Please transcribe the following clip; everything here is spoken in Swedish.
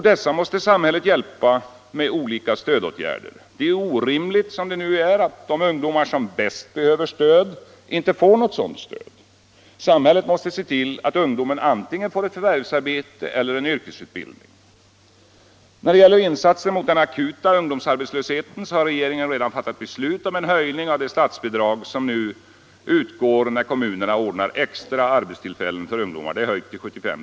Dessa måste samhället hjälpa med olika stödåtgärder. Det är orimligt som det nu är att de ungdomar som bäst behöver stöd inte får något sådant. Samhället måste se till att ungdomen får antingen ett förvärvsarbete eller en yrkesutbildning. När det gäller insatser mot den akuta ungdomsarbetslösheten har regeringen redan fattat beslut om en höjning av det statsbidrag som utgår när kommuner ordnar extra arbetstillfällen för ungdomar — det är höjt till 75 "+.